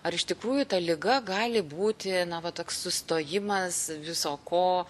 ar iš tikrųjų ta liga gali būti na va toks sustojimas viso ko